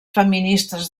feministes